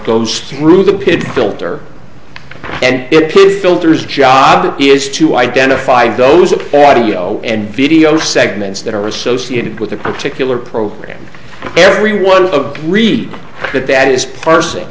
goes through the pit filter and it filters job is to identify those audio and video segments that are associated with a particular program everyone agreed that that is pars